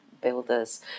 builders